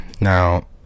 Now